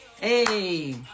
Hey